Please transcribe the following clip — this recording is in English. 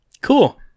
cool